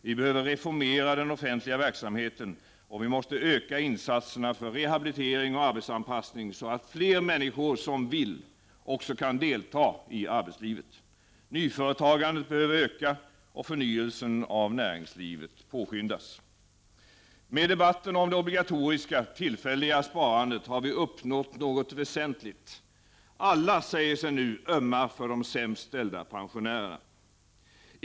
Vi behöver reformera den offentliga verksamheten, och vi måste öka insatserna för rehabilitering och arbetsanpassning så att fler människor som vill också kan delta i arbetslivet. Nyföretagandet behöver öka och förnyelse av näringslivet påskyndas. Med debatten om det obligatoriska tillfälliga sparandet har vi uppnått något väsentligt: alla säger sig nu ömma för de sämst ställda pensionärerna.